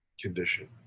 condition